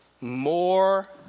more